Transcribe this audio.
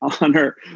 honor